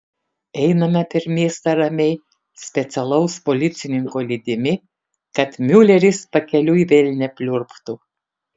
einame per miestą ramiai specialaus policininko lydimi kad miuleris pakeliui vėl nepliurptų